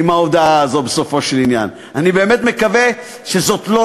מאוד מקווה שבפועל,